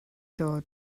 dod